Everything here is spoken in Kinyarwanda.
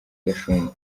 gashumba